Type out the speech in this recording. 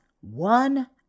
one